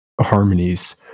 harmonies